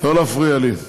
לא להפריע לי.